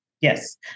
Yes